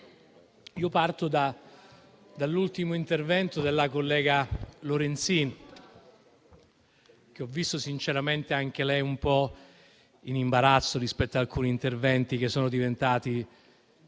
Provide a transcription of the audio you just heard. partire dall'ultimo intervento della collega Lorenzin, che ho visto sinceramente un po' in imbarazzo rispetto ad alcuni interventi che credo ormai